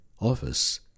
office